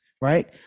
right